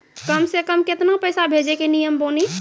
कम से कम केतना पैसा भेजै के नियम बानी?